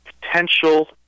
potential